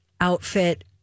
outfit